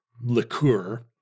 liqueur